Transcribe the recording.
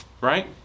right